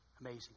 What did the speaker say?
Amazing